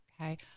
okay